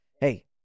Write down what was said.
Hey